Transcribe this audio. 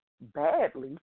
badly